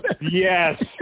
Yes